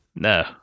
No